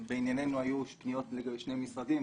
בענייננו היו פניות לשני משרדים,